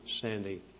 Sandy